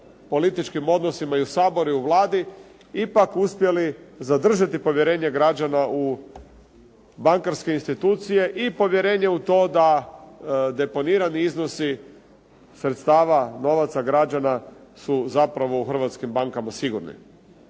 političkim odnosima i u Saboru i u Vladi ipak uspjeli zadržati povjerenje građana u bankarske institucije i povjerenje u to da deponirani iznosi sredstava, novaca građana su zapravo u hrvatskim bankama sigurni.